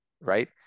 Right